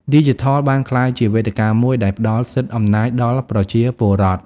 ឌីជីថលបានក្លាយជាវេទិកាមួយដែលផ្ដល់សិទ្ធិអំណាចដល់ប្រជាពលរដ្ឋ។